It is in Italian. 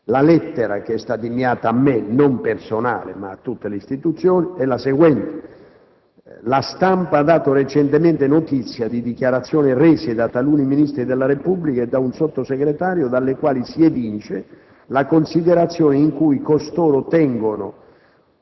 ma come Presidente del Senato, così come alle altre istituzioni, è la seguente: «La stampa ha dato recentemente notizia di dichiarazioni rese da taluni Ministri della Repubblica, e da un Sottosegretario, dalle quali si evince la considerazione in cui costoro tengono